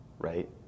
right